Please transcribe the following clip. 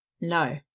No